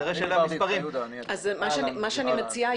כנראה שאלה המספרים --- מה שאני מציעה,